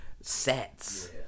sets